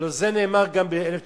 הלוא זה נאמר גם ב-1980,